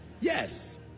Yes